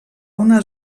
una